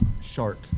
shark